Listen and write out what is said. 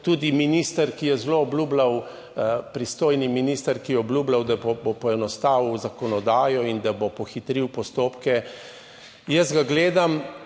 tudi minister, ki je zelo obljubljal, pristojni minister, ki je obljubljal, da bo poenostavil zakonodajo in da bo pohitril postopke. Jaz ga gledam,